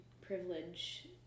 privilege